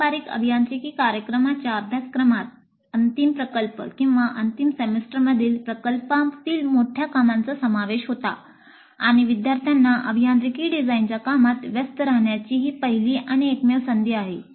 पारंपारिकपणे अभियांत्रिकी कार्यक्रमाच्या अभ्यासक्रमात अंतिम प्रकल्प किंवा अंतिम सेमेस्टरमधील प्रकल्पातील मोठ्या कामांचा समावेश होता आणि विद्यार्थ्यांना अभियांत्रिकी डिझाइनच्या कामात व्यस्त राहण्याची ही पहिली आणि एकमेव संधी आहे